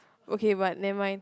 okay but never mind